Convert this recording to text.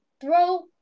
throw